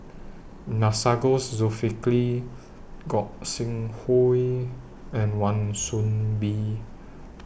Masagos Zulkifli Gog Sing Hooi and Wan Soon Bee